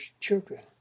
children